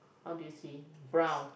how do you see brown